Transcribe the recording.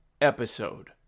episode